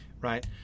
right